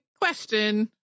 question